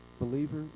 believer